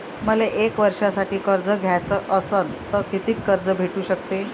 मले एक वर्षासाठी कर्ज घ्याचं असनं त कितीक कर्ज भेटू शकते?